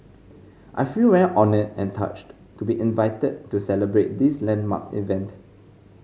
I feel very honoured and touched to be invited to celebrate this landmark event